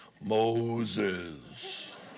Moses